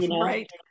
Right